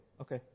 Okay